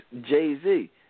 Jay-Z